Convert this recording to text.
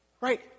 Right